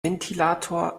ventilator